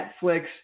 Netflix